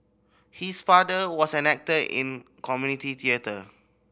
his father was an actor in community theatre